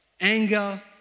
Anger